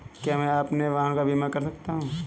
क्या मैं अपने वाहन का बीमा कर सकता हूँ?